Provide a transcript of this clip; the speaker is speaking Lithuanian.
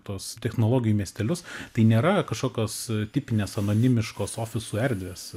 tuos technologijų miestelius tai nėra kažkokios tipinės anonimiškos ofisų erdvės